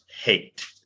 hate